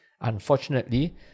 Unfortunately